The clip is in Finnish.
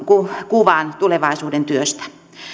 kuvan tulevaisuuden työstä